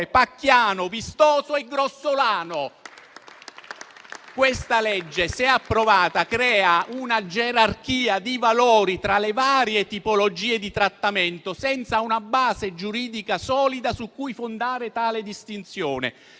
pacchiano, vistoso e grossolano. Questa legge, se approvata, crea una gerarchia di valori tra le varie tipologie di trattamento senza una base giuridica solida su cui fondare tale distinzione.